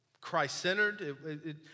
Christ-centered